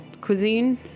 cuisine